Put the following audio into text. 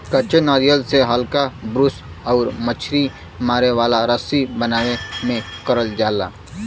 कच्चे नारियल से हल्का ब्रूस आउर मछरी मारे वाला रस्सी बनावे में करल जाला